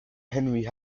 henry